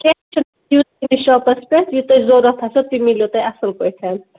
کیٚنٛہہ چھُنہٕ یِیوٗ تُہۍ شاپَس پٮ۪ٹھ یہِ تۄہہِ ضروٗرت آسو تہِ میلیوٕ تۄہہِ اَصٕل پٲٹھۍ